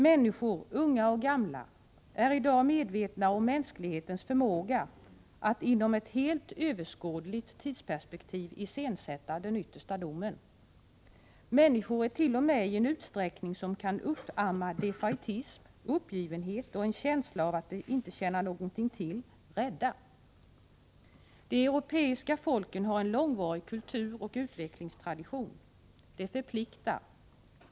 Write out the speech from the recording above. Människor, unga och gamla, är i dag medvetna om mänsklighetens förmåga att inom ett helt överskådligt tidsperspektiv iscensätta den yttersta domen. Människor ärt.o.m., i en utsträckning som kan uppamma defaitism, uppgivenhet och en känsla av att det inte tjänar någonting till, rädda. De europeiska folken har en långvarig kulturoch utvecklingstradition. Det förpliktar.